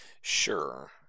Sure